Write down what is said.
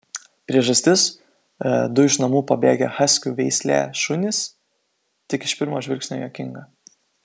priežastis du iš namų pabėgę haskių veislė šunys tik iš pirmo žvilgsnio juokinga